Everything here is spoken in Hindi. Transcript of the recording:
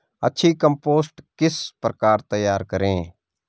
अच्छी कम्पोस्ट किस प्रकार तैयार करें?